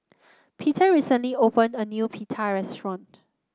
Peter recently opened a new Pita restaurant